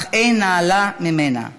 אך אין נעלה ממנה: